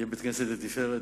יהיה בית-כנסת לתפארת.